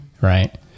right